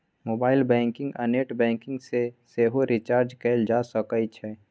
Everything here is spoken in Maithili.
मोबाइल बैंकिंग आ नेट बैंकिंग सँ सेहो रिचार्ज कएल जा सकै छै